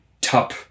top